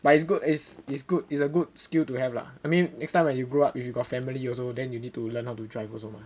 but it's good is is good is a good skill to have lah I mean next time when you grow up if you got family you also then you need to learn how to drive also mah